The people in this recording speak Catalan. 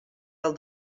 del